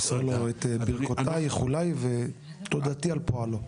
תמסור לו את ברכותיי, איחולי ותודתי על פועלו.